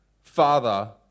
father